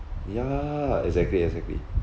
ya exactly exactly